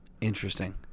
interesting